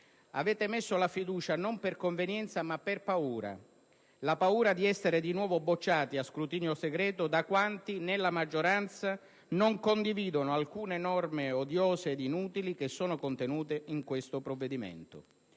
Avete messo la fiducia non per convenienza ma per paura, la paura di essere di nuovo bocciati a scrutinio segreto da quanti nella maggioranza non condividono alcune norme odiose ed inutili contenute in questo provvedimento.